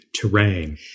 terrain